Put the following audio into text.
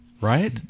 right